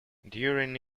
during